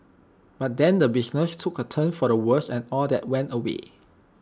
but then the business took A turn for the worse and all that went away